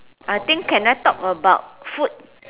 I think can I talk about food